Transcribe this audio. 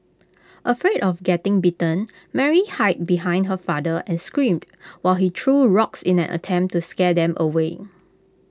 afraid of getting bitten Mary hid behind her father and screamed while he threw rocks in an attempt to scare them away